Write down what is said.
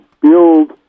build